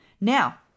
Now